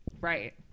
Right